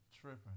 tripping